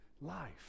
life